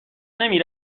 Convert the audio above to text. نمی